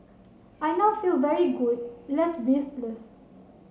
I now feel very good less breathless